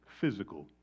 physical